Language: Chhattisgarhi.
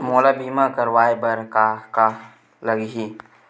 मोला बीमा कराये बर का का लगही?